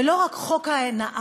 ולא רק חוק ההונאה,